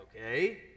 okay